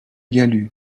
galut